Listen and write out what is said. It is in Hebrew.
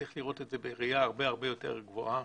צריך לראות את זה בראייה הרבה הרבה יותר גבוהה,